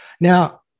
Now